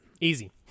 Easy